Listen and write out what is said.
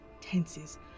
tenses